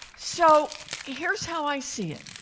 so here is how i see it.